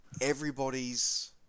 everybody's